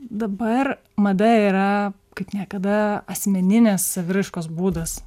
dabar mada yra kaip niekada asmeninės saviraiškos būdas